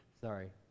sorry